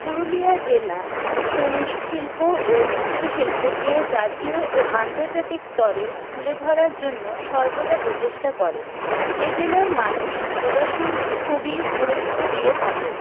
পুরুলিয়া জেলা সঙ্গীতশিল্প ও নৃত্যশিল্পকে জাতীয় ও আন্তর্জাতিক স্তরে তুলে ধরার জন্য সর্বদা প্রচেষ্টা করে এ জেলার মানুষ যোগাসনকে খুবই গুরুত্ব দিয়ে থাকে